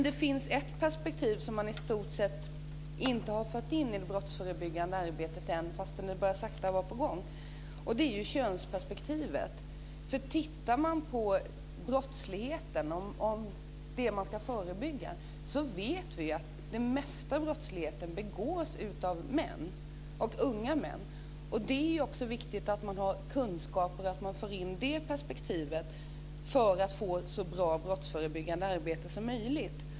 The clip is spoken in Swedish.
Det finns ett perspektiv som man i stort sett inte har fått in i det brottsförebyggande arbetet än, fastän det sakta börjar vara på gång. Det är könsperspektivet. Vi vet att de flesta brotten begås av män, unga män. Det är också viktigt att man har kunskaper och får in det perspektivet för att få ett så bra brottsförebyggande arbete som möjligt.